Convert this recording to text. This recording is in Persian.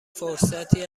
فرصتی